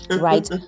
right